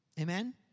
Amen